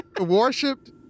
worshipped